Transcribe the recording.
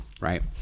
right